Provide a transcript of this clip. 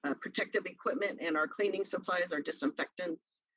ah protective equipment and our cleaning supplies, our disinfectants,